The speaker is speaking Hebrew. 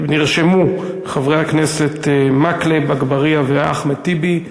נרשמו חברי הכנסת מקלב, אגבאריה ואחמד טיבי.